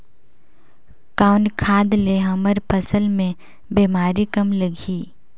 कौन खाद ले हमर फसल मे बीमारी कम लगही?